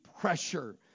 pressure